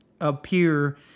appear